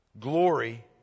glory